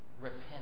Repent